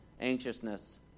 anxiousness